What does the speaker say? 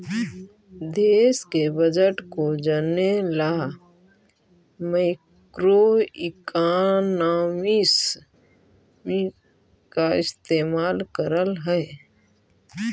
देश के बजट को जने ला मैक्रोइकॉनॉमिक्स का इस्तेमाल करल हई